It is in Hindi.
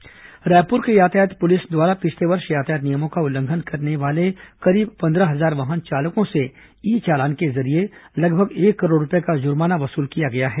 यातायात पुलिस ई चालान रायपुर की यातायात पुलिस द्वारा पिछले वर्ष यातायात नियमों का उल्लंघन करने वाले करीब पंद्रह हजार वाहन चालकों से ई चालान के जरिए लगभग एक करोड़ रूपये का जुर्माना वसूल किया गया है